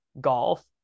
golf